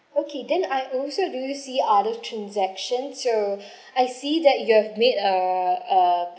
okay then I also do see other transaction so I see that you have made a a